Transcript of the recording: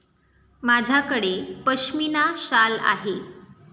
माझ्याकडे पश्मीना शाल आहे